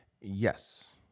yes